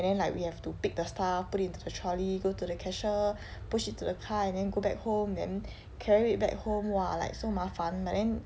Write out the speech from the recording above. and then like we have to pick the stuff put it into the trolley go to the cashier push it to the car and then go back home then carry it back home !wah! like so 麻烦 but then